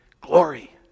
Glory